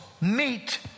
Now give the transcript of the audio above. meet